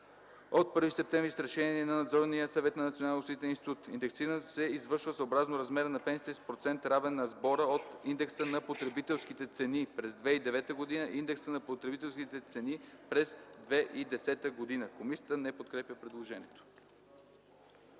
от 1 септември с решение на Надзорния съвет на Националния осигурителен институт. Индексирането се извършва съобразно размера на пенсиите с процент, равен на сбора от индекса на потребителските цени през 2009 г. и индекса на потребителските цени през 2010 г.” Комисията не подкрепя предложението.